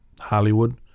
Hollywood